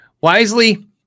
Wisely